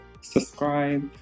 subscribe